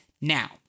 Now